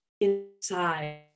inside